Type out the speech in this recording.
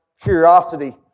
curiosity